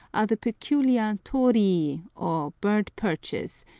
are the peculiar torii, or bird-perches,